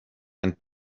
and